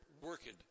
working